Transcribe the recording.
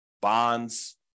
bonds